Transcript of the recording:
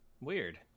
weird